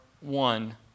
one